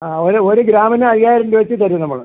ആ ഒരു ഒരു ഗ്രാമിന് അയ്യായിരം രൂപ വെച്ച് തരും നമ്മൾ